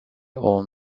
own